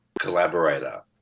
collaborator